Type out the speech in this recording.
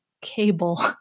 cable